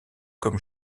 comme